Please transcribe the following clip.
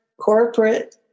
corporate